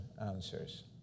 answers